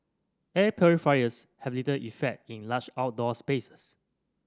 air purifiers have little effect in large outdoor spaces